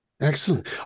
Excellent